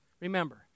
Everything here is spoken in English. Remember